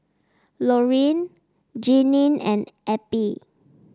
Lorene Jeanine and Eppie